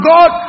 God